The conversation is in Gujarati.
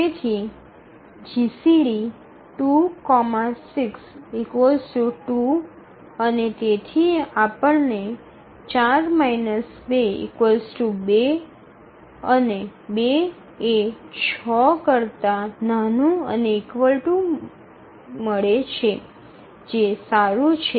તેથી જીસીડી૨૬ ૨ અને તેથી આપણે ૪ ૨ ૨ અને ૨ ≤ ૬ મળે છે જે સારું છે